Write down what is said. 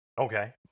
Okay